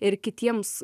ir kitiems